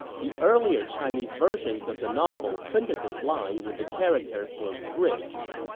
the earlier chinese versions of the novel printed this line with the character for bridge.